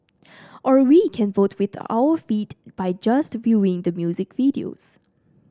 or we can vote with our feet by just viewing the music videos